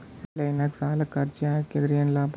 Online ನಾಗ್ ಸಾಲಕ್ ಅರ್ಜಿ ಹಾಕದ್ರ ಏನು ಲಾಭ?